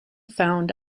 found